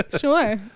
Sure